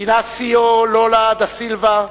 אינאסיו לולה דה סילבה,